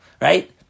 right